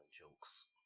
jokes